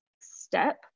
step